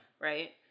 Right